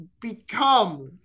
become